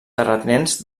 terratinents